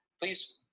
Please